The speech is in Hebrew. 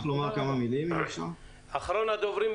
רועי פרידמן,